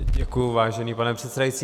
Děkuji, vážený pane předsedající.